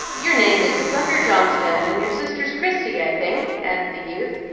your name is flucker johnstone, and your sister's christie, i think? added the youth,